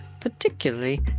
particularly